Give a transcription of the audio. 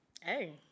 Hey